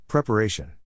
Preparation